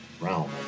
realm